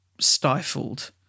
stifled